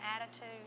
attitude